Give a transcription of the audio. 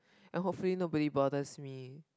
and hopefully nobody bothers me